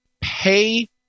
pay